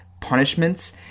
punishments